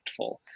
impactful